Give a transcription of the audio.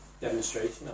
demonstration